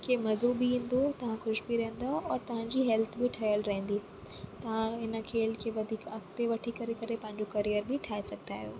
खे मज़ो बि ईंदो तव्हां ख़ुशि बि रहंदव औरि तव्हांजी हेल्थ बि ठहियलु रहंदी तव्हां इन खेल के वधीक अॻिते वठी करे करे पंहिंजो केरियर बि ठाहे सघंदा आहियो